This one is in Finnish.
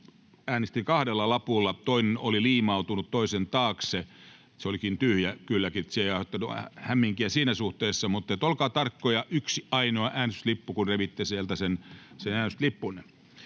vahingossa kahdella lapulla, toinen oli liimautunut toisen taakse — se oli tyhjä kylläkin, niin että se ei aiheuttanut hämminkiä siinä suhteessa. Mutta olkaa tarkkoja: yksi ainoa äänestyslippu, kun revitte sieltä sen äänestyslippunne.